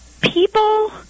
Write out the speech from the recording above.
People